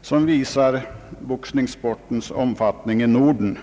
som visar boxningssportens omfattning i Norden.